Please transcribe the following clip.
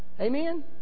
Amen